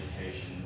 education